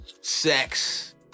sex